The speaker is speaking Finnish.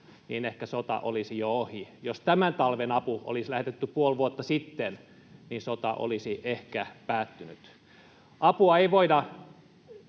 niin ehkä sota olisi jo ohi. Jos tämän talven apu olisi lähetetty puoli vuotta sitten, niin sota olisi ehkä päättynyt. Apua ei voida